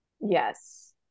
Yes